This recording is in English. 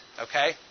okay